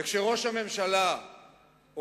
איפה נהיה, וכשראש הממשלה אומר,